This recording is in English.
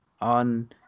on